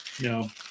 No